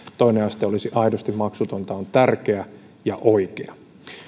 toinen aste olisi aidosti maksutonta on tärkeä ja oikea